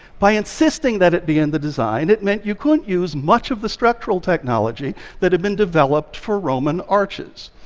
by insisting that it be in the design, it meant you couldn't use much of the structural technology that had been developed for roman arches.